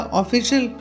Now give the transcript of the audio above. official